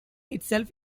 itself